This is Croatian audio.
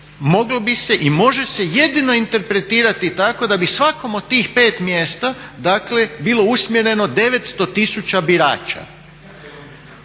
moglo bi se i može se jedino interpretirati tako da bi svakom od tih 5 mjesta dakle bilo usmjereno 900 tisuća birača.